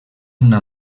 una